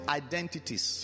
identities